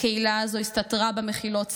הקהילה הזו הסתתרה במחילות,